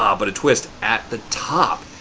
um but, a twist, at the top,